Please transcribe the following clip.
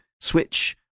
Switch